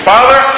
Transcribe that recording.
Father